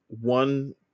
one